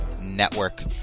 Network